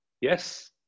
Yes